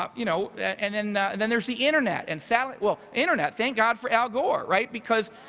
um you know and then then there's the internet and satellite. well, internet, thank god for al gore, right? because